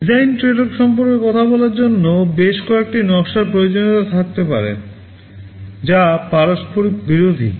design trade off সম্পর্কে কথা বলার জন্য বেশ কয়েকটি নকশার প্রয়োজনীয়তা থাকতে পারে যা পারস্পরিক বিরোধী